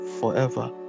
forever